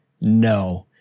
no